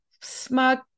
smug